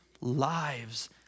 lives